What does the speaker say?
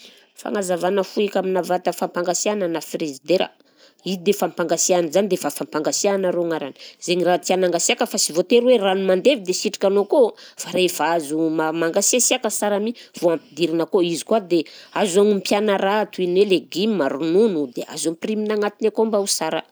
Fagnazavana fohika aminà vata fampangasiahana na frizidera, izy dia fampangasiahana zany dia efa fampangasiahana arô agnarany, zegny raha tiana hangasiaka fa sy voatery hoe rano mandevy dia asitrikanao akao, fa rehefa azo ma- mangasiasiaka sara mi vao ampidirina akao, izy koa dia azo agnompiàna raha toy ny hoe legima, ronono, dia azo ampirimina agnatiny akao mba ho sara.